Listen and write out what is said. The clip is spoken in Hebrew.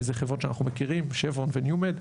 זה חברות שאנחנו מכירים, שברון וניו-מד.